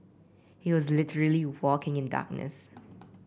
he was literally walking in darkness